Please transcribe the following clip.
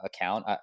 account